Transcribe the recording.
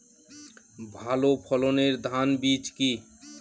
ভালো ফলনের ধান বীজ কি?